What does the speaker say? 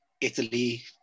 Italy